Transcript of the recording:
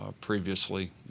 previously